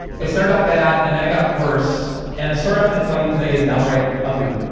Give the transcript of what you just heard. it started out bad and then it got worse and the story i'm going to tell you today is downright ugly.